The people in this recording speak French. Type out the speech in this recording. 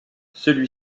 celui